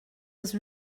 was